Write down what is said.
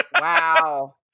Wow